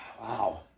wow